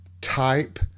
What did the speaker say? type